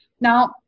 Now